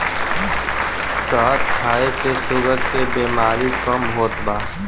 शहद खाए से शुगर के बेमारी कम होत बा